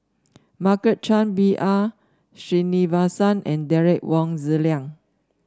Margaret Chan B R Sreenivasan and Derek Wong Zi Liang